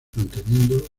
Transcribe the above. manteniendo